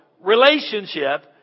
relationship